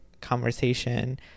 conversation